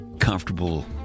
comfortable